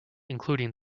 including